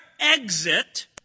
exit